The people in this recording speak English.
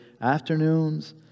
afternoons